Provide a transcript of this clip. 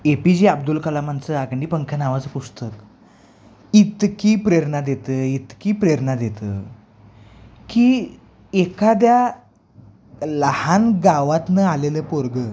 ए P J Abdul कलामांचं अग्निपंख नावाचं पुस्तक इतकी प्रेरणा देतं इतकी प्रेरणा देतं की एखाद्या लहान गावातून आलेलं पोरगं